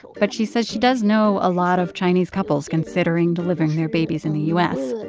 but she says she does know a lot of chinese couples considering delivering their babies in the u s.